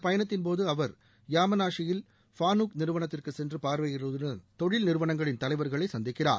பயணத்தின்போது அவர் யாமனாஷியில் ப்பானுக் நிறுவனத்திற்குச் சென்று இந்த பார்வையிடுவதுடன் தொழில் நிறுவனங்களின் தலைவர்களை சந்திக்கிறார்